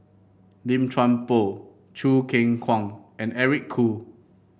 Lim Chuan Poh Choo Keng Kwang and Eric Khoo